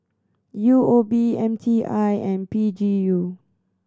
U O B M T I and P G U